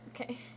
Okay